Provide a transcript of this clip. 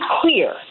clear